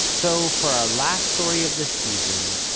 so, for our last story of this season,